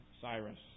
Cyrus